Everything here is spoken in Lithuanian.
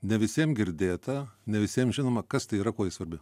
ne visiem girdėta ne visiem žinoma kas tai yra kuo ji svarbi